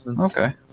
Okay